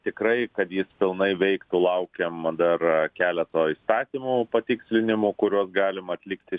tikrai kad jis pilnai veiktų laukiam dar keleto įstatymų patikslinimo kuriuos galim atlikti